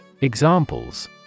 Examples